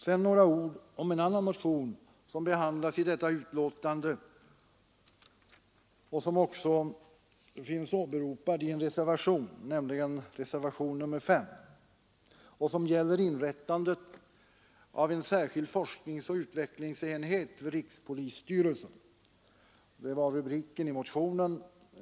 Sedan några ord om en annan motion som behandlas i detta betänkande och som finns åberopad i reservationen 5. Den gäller inrättandet av en särskild forskningsoch utvecklingsenhet vid rikspolisstyrelsen. Det är rubriken på motionen.